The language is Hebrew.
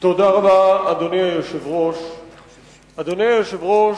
תודה רבה, אדוני היושב-ראש.